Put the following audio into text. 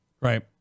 Right